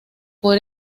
por